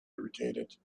irritated